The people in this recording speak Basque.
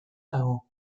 dago